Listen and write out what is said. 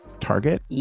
target